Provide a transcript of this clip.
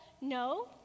no